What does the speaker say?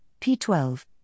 P12